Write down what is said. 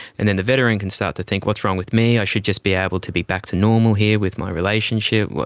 and then the veteran can start to think what's wrong with me, i should just be able to be back to normal here with my relationship,